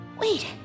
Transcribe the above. Wait